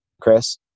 Chris